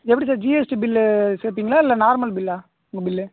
எப்படி sir GST bill சேர்ப்பிங்களா இல்லை நார்மல் பில்லா உங்கள் பில்லு